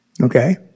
Okay